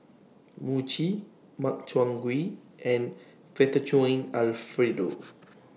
Mochi Makchang Gui and Fettuccine Alfredo